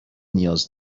نیاز